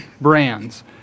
brands